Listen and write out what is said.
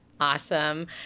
Awesome